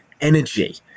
energy